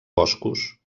boscos